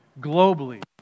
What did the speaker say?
globally